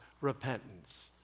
repentance